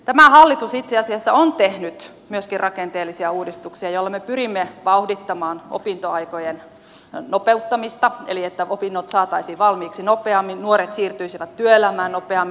tämä hallitus itse asiassa on tehnyt myöskin rakenteellisia uudistuksia joilla me pyrimme vauhdittamaan opintoaikojen nopeuttamista eli sitä että opinnot saataisiin valmiiksi nopeammin nuoret siirtyisivät työelämään nopeammin